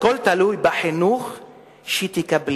הכול תלוי בחינוך שתקבלי.